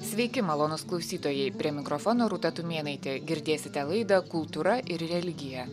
sveiki malonūs klausytojai prie mikrofono rūta tumėnaitė girdėsite laidą kultūra ir religija